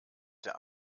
der